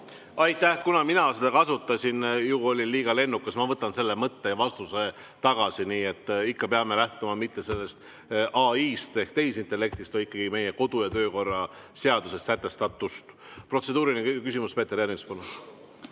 Aitäh! Kuna mina seda [sõna] kasutasin – ju olin liiga lennukas –, siis ma võtan selle mõtte ja vastuse tagasi. Nii et ikka peame lähtuma mitte sellest AI-st ehk tehisintellektist, vaid meie kodu- ja töökorra seaduses sätestatust. Protseduuriline küsimus, Peeter Ernits,